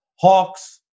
Hawks